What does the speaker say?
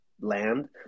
land